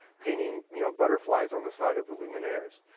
painting, you know, butterflies on the side of the luminaires.